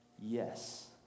yes